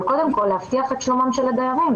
אבל קודם כל להבטיח את שלומם של הדיירים.